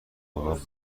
خدا